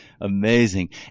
Amazing